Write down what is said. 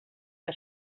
que